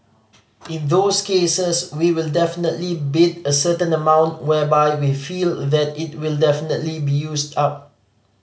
in those cases we will definitely bid a certain amount whereby we feel it will definitely be used up